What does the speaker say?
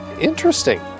interesting